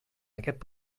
aquest